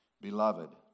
Beloved